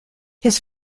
his